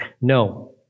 No